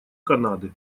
канады